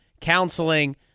counseling